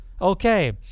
Okay